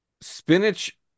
Spinach